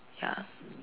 ya